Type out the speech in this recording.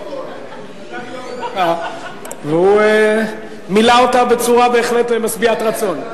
נתתי לו עוד דקה והוא מילא אותה בצורה בהחלט משביעת רצון.